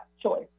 choice